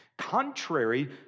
Contrary